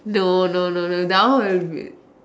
no no no no that one will be